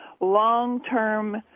long-term